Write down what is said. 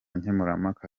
nkemurampaka